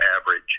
average